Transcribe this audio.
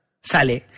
Sale